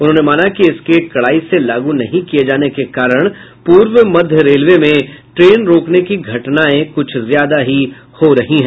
उन्होंने माना कि इसके कड़ाई से लागू नहीं किये जाने के कारण पूर्व मध्य रेलवे में ट्रेन रोकने की घटनाएं कुछ ज्यादा ही हो रही हैं